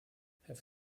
have